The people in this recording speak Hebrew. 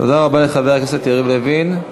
תודה רבה לחבר הכנסת יריב לוין.